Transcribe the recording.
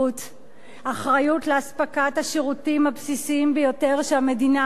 אחריות לאספקת השירותים הבסיסיים ביותר שהמדינה אמונה עליהם,